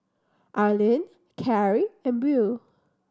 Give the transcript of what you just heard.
Arlin Carie and Beau